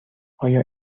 آیا